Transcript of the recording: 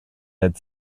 had